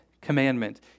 commandment